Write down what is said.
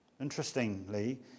Interestingly